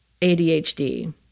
ADHD